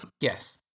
Yes